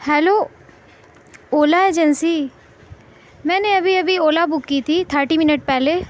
hello Ola agency میں نے ابھی ابھی اولا بک کی تھی تھرٹی منٹ پہلے